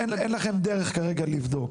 אין לכם דרך כרגע לבדוק?